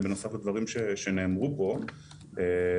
שכן יעזרו טיפה לקבל עוד מידע.